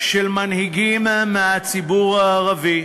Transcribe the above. של מנהיגים מהציבור הערבי,